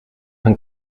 van